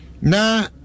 now